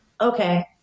Okay